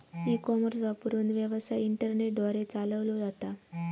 e commerce वापरून, व्यवसाय internet द्वारे चालवलो जाता